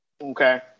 Okay